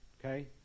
Okay